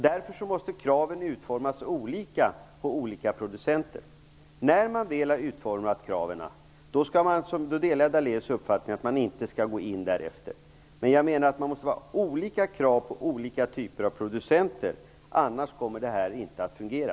Därför måste kraven utformas olika på olika producenter. När man väl har utformat kraven skall man inte - där delar jag Daléus uppfattning - gå in därefter. Men jag tycker att det måste vara olika krav på olika typer av producenter. Annars kommer det inte att fungera.